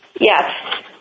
Yes